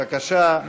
בבקשה,